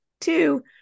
Two